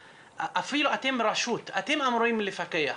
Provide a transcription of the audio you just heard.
אתם רשות, אתם אמורים לפקח,